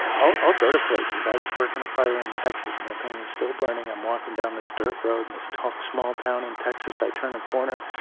i'll i'll go to places. i was working a fire in texas, and that thing was still burning. i'm walking down this dirt road in this small town in texas. i turn a corner,